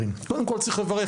אני רוצה לומר שלושה דברים.